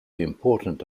important